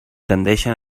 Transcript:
tendeixen